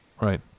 Right